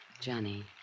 Johnny